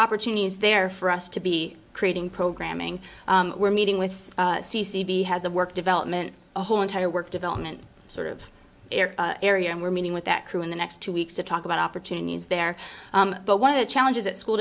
opportunities there for us to be creating programming we're meeting with c c d has a work development a whole entire work development sort of area and we're meeting with that crew in the next two weeks to talk about opportunities there but one of the challenges at school